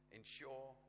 Ensure